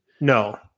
No